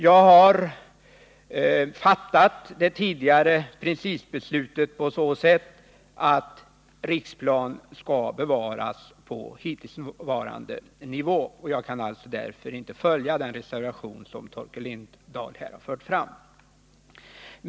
Jag har uppfattat det tidigare principbeslutet på så sätt att Riksplan skall bevaras på hittillsvarande nivå, och jag kan därför inte ansluta mig till den reservation som Torkel Lindahl här har talat för.